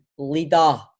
Leader